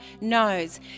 knows